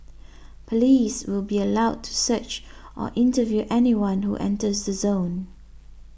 police will be allowed to search or interview anyone who enters the zone